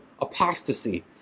apostasy